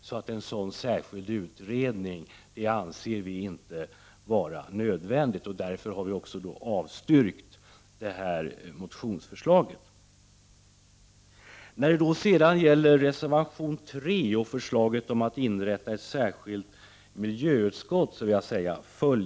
Därför är en sådan utredning inte nödvändig. Därför har utskottet avstyrkt detta motionsförslag. Jag vill säga följande om reservation 3 om inrättande av ett särskilt miljöutskott.